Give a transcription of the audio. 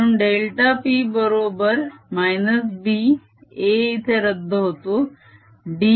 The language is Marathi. म्हणून डेल्टा p बरोबर -B A इथे रद्द होतो dydx होय